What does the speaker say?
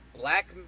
Black